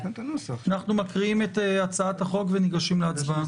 אנחנו מקריאים את הצעת החוק וניגשים להצבעה.